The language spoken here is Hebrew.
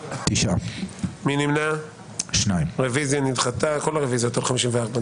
9 נמנעים, אין לא אושרה.